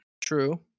True